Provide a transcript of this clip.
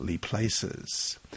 places